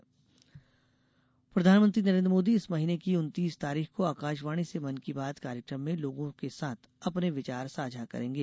मन की बात प्रधानमंत्री नरेन्द्र मोदी इस महीने की उन्तीस तारीख को आकाशवाणी के मन की बात कार्यक्रम में लोगों के साथ अपने विचार साझा करेंगे